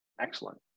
Excellent